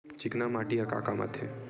चिकना माटी ह का काम आथे?